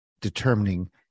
determining